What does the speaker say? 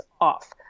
off